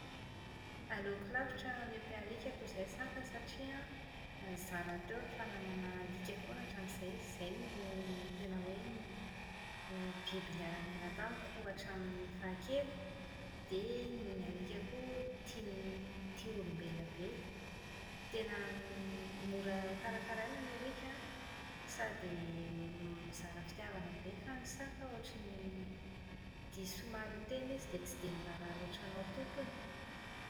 Aleoko lavitra miompy alika toa izay saka satria izaho rahateo efa nanana alika foana hatramin'izay. Izay no tena hoe biby niara-niaina tamiko hatramin'ny fahakely. Dia ny alika koa tia- tia ny olombelona be. Tena > mora karakaraina ny alika sady mizara fitiavana be fa ny saka ohatran'ny diso mahaleo tena izy dia tsy dia miraharaha loatra anao tompony.